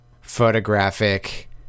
photographic